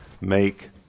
Make